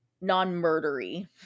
non-murdery